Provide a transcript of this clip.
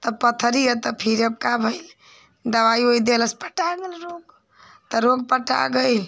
तब पथरी है तब फिर अब का भइल दवाई ओवाई देलस पटाए गइलल रोग ता रोग पटा गईल